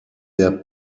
der